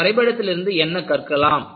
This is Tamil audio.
இந்த வரைபடத்தில் இருந்து என்ன கற்கலாம்